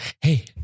hey